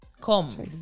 Come